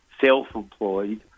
self-employed